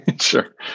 sure